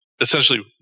Essentially